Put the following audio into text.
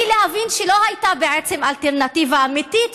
להבין שלא הייתה בעצם אלטרנטיבה אמיתית,